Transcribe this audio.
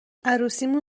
عروسیمون